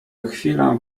chwile